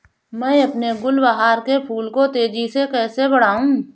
मैं अपने गुलवहार के फूल को तेजी से कैसे बढाऊं?